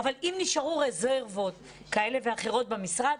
אבל אם נשארו רזרבות כאלה ואחרות במשרד,